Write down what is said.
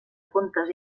contes